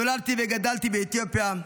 נולדתי וגדלתי באתיופיה.